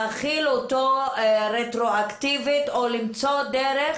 להחיל אותו רטרואקטיבית או למצוא דרך